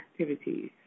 activities